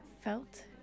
Felt